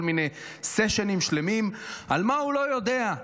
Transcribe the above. מיני סשנים שלמים על מה הוא לא יודע,